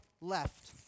left